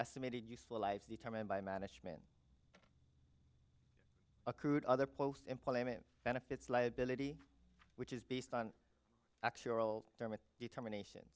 estimated useful life determined by management accrued other post employment benefits liability which is based on actual determination